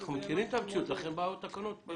אנחנו מכירים את המציאות ולכן באות התקנות.